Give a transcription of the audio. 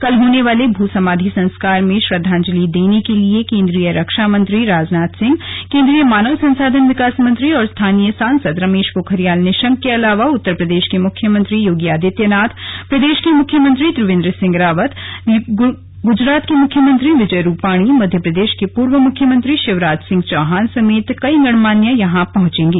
कल होने वाले भू समाधि संस्कार में श्रद्वांजलि देने के लिए केंद्रीय रक्षा मंत्री राजनाथ सिंह केंद्रीय मानव संसाधन विकास मंत्री और स्थानीय सांसद रमेश पोखरियाल निशंक के अलावा उत्तर प्रदेश के मुख्यमंत्री योगी आदित्यनाथ प्रदेश के मुख्यमंत्री त्रिवेंद्र सिंह रावत गुजरात के मुख्यमंत्री विजय रुपाणी मध्य प्रदेश के पूर्व मुख्यमंत्री शिवराज सिंह चौहान समेत कई वीआईपी यहां पहुंचेंगे